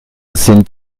sind